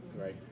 Right